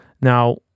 now